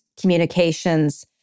communications